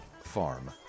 farm